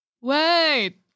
wait